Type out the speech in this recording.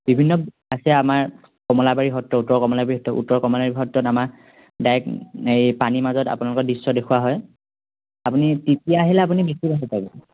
বিভিন্ন আছে আমাৰ কমলাবাৰী সত্ৰ উত্তৰ কমলাবাৰী সত্ৰ উত্তৰ কমলাবাৰী সত্ৰত আমাৰ ডাইৰেক্ট এই পানীৰ মাজত আপোনালোকৰ দৃশ্য দেখুওৱা হয় আপুনি তেতিয়া আহিলে আপুনি বেছি ভাল পাব